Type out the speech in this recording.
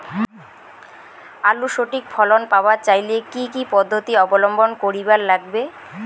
আলুর সঠিক ফলন পাবার চাইলে কি কি পদ্ধতি অবলম্বন করিবার লাগবে?